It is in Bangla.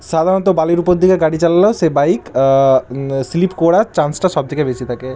সাধারণত বালির উপর দিকে গাড়ি চালালে সে বাইক স্লিপ করার চান্সটা সব থেকে বেশি থাকে